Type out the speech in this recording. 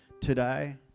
today